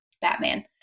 Batman